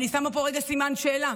אני שמה פה רגע סימן שאלה